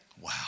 Wow